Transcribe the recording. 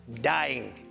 dying